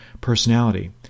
personality